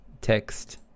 Text